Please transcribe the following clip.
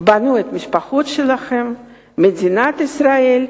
בנו את המשפחות שלהם במדינת ישראל,